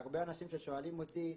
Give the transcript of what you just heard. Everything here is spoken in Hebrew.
שהרבה אנשים ששואלים אותי,